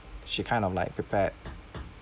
she kind of like prepared